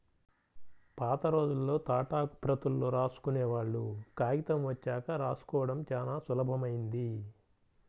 పాతరోజుల్లో తాటాకు ప్రతుల్లో రాసుకునేవాళ్ళు, కాగితం వచ్చాక రాసుకోడం చానా సులభమైంది